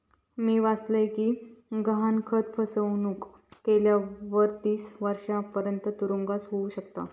मी वाचलय कि गहाणखत फसवणुक केल्यावर तीस वर्षांपर्यंत तुरुंगवास होउ शकता